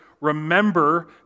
remember